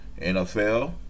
NFL